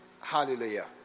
hallelujah